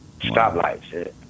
stoplights